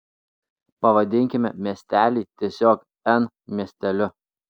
pavadinkime miestelį tiesiog n miesteliu